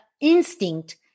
instinct